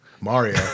Mario